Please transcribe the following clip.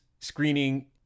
screening